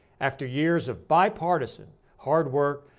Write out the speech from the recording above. after years of bipartisan hard work,